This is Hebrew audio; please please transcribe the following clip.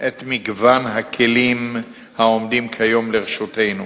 את מגוון הכלים העומדים כיום לרשותנו.